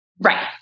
right